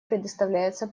предоставляется